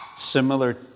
Similar